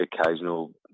occasional